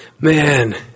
Man